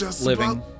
living